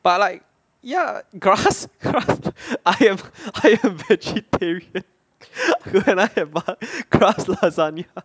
but like ya grass grass I am I am vegetarian can I have grass lasagna